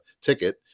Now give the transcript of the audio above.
ticket